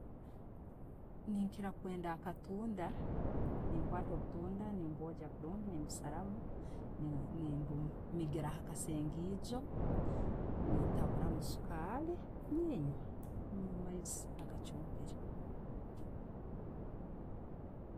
Nenkira kwenda akatunda, nenkwatta obutunda, nebwongya kurungi, nembusaramu ne'mbumiigiira hakasengeijo, nitabulamu suukali ninywaa omumaizi agachumbiirwe.